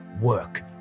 work